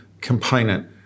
component